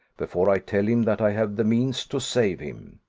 before i tell him that i have the means to save him.